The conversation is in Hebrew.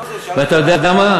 ואתה יודע מה?